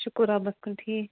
شُکُر رۄبس کُن ٹھیٖک